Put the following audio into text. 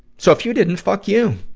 so if you didn't fuck you!